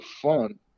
fun